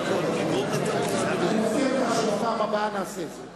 אני מסכים שבפעם הבאה נעשה את זה.